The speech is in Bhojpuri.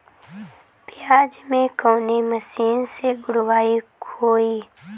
प्याज में कवने मशीन से गुड़ाई होई?